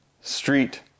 Street